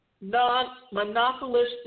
non-monopolistic